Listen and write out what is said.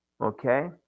okay